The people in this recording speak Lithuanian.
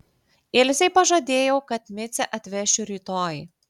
ilzei pažadėjau kad micę atvešiu rytoj